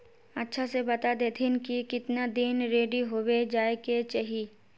अच्छा से बता देतहिन की कीतना दिन रेडी होबे जाय के चही?